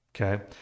Okay